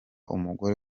umugore